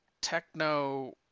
techno